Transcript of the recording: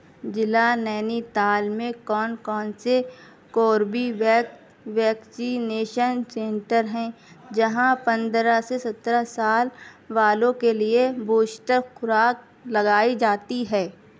ضلع نینیتال میں کون کون سے کوربیویکس ویکسینیشن سینٹر ہیں جہاں پندرہ سے سترہ سال والوں کے لیے بوسٹر خوراک لگائی جاتی ہے